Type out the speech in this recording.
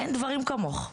אין דברים כמוך.